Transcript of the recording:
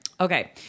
Okay